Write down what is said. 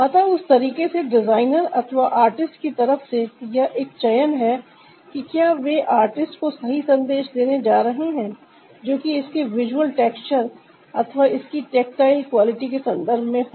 अतः उस तरीके से डिजाइनर अथवा आर्टिस्ट की तरफ से यह एक चयन है कि क्या वे आर्टिस्ट को सही संदेश देने जा रहे हैं जो कि इसके विजुअल टेक्सचर अथवा इसकी टैक्टाइल क्वालिटी के संदर्भ में हो